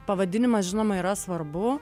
pavadinimas žinoma yra svarbu